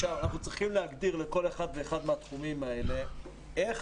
אנחנו צריכים להגדיר לכל אחד ואחד מהתחומים האלה איך